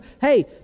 hey